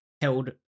held